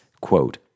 Quote